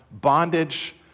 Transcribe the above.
bondage